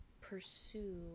pursue